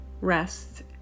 rest